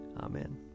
Amen